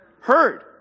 heard